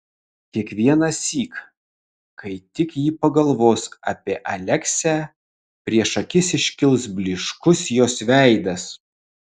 kiekvienąsyk kai tik ji pagalvos apie aleksę prieš akis iškils blyškus jos veidas